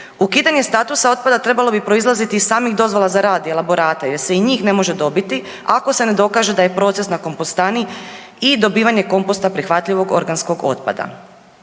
Ukidanje statusa otpada trebalo bi proizlaziti iz samih dozvola za rad i elaborata jer se i njih ne može dobiti ako se ne dokaže da je proces na kompostani i dobivanje komposta prihvatljivog organskog otpada.